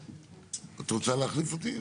את רוצה להחליף אותי?